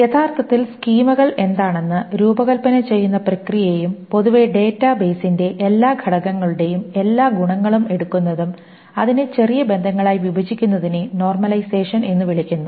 യഥാർത്ഥത്തിൽ സ്കീമകൾ എന്താണെന്ന് രൂപകൽപ്പന ചെയ്യുന്ന പ്രക്രിയയും പൊതുവെ ഡാറ്റാബേസിന്റെ എല്ലാ ഘടകങ്ങളുടെയും എല്ലാ ഗുണങ്ങളും എടുക്കുന്നതും അതിനെ ചെറിയ ബന്ധങ്ങളായി വിഭജിക്കുന്നതിനെ നോർമലൈസേഷൻ എന്ന് വിളിക്കുന്നു